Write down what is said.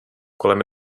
kolem